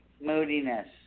moodiness